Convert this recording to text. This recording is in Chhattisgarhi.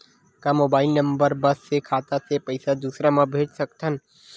का मोबाइल नंबर बस से खाता से पईसा दूसरा मा भेज सकथन?